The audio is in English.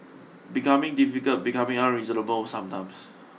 becoming difficult becoming unreasonable sometimes